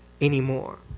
anymore